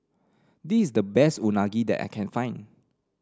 this the best Unagi that I can find